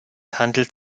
handelt